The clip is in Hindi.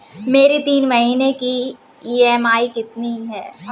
मेरी तीन महीने की ईएमआई कितनी है?